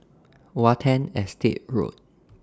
Watten Estate Road